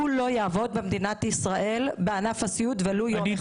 הוא לא יעבוד במדינת ישראל בענף הסיעוד ולו יום אחד.